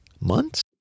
Months